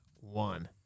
one